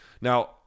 Now